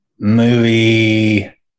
movie